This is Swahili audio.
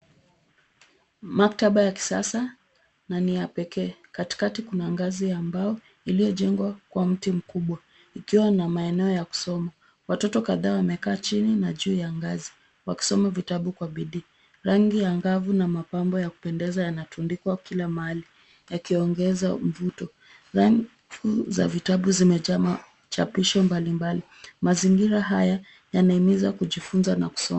Maktaba ya kisasa na ni ya pekee. Katikati kuna ngazi ya mbao iliyojengwa kwa mti mkubwa ikiwa na maeneo ya kusoma. Watoto kadhaa wamekaa chini na juu ya ngazi wakisoma vitabu ka bidii. Rangi angavu na mapambo ya kupendeza yanatundikwa kila mahali yakiongeza mvuto. Rafu za vitabu zimejaa machapisho mbalimbali. Mazingira haya yanahimiza kujifunza na kusoma.